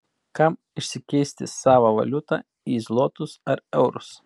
kam išsikeisti savą valiutą į zlotus ar eurus